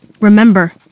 Remember